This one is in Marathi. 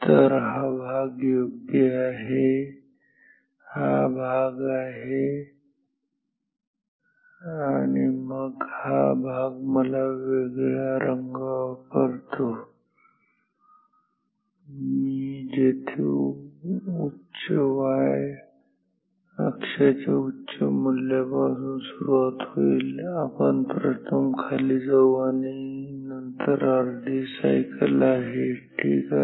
तर हा भाग योग्य आहे हा हा भाग आहे आणि मग हा भाग मला वेगळा रंग वापरतो जो येथे उच्च y अक्षाच्या उच्च मूल्यापासून सुरू होईल आणि आपण प्रथम खाली जाऊ आणि नंतर अर्धी सायकल आहे ठीक आहे